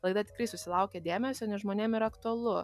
laida tikrai susilaukė dėmesio nes žmonėm yra aktualu